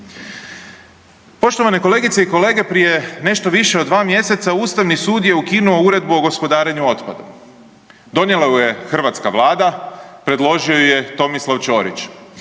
Poštovane kolegice i kolege, prije nešto više od 2 mjeseca Ustavni sud je ukinuo Uredbu o gospodarenju otpadom. Donijela ju je hrvatska Vlada, predložio ju je Tomislav Ćorić.